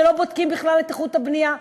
שלא בודקים בכלל את איכות הבנייה,